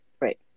Right